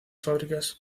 fábricas